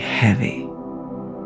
heavy